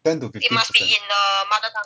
ten to fifty percent